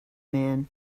man